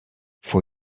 for